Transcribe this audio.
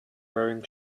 wearing